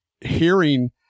hearing